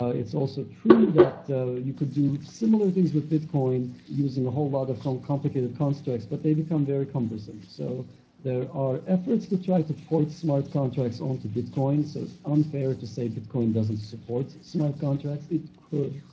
ah it's also true that you could do similar things with bitcoin using a whole lot of um complicated contracts, but they become very cumbersome so there are efforts to try to port smart contracts onto bitcoin, so it's unfair to say bitcoin doesn't support smart contracts. it could.